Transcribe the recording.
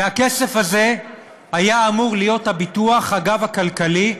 והכסף הזה היה אמור להיות הביטוח, הגב הכלכלי,